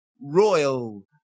royal